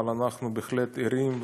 אבל אנחנו בהחלט ערים,